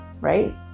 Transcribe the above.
right